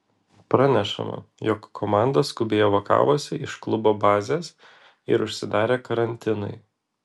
pranešama jog komanda skubiai evakavosi iš klubo bazės ir užsidarė karantinui